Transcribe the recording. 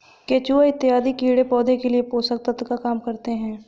केचुआ इत्यादि कीड़े पौधे के लिए पोषक तत्व का काम करते हैं